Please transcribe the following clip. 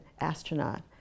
astronaut